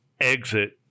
exit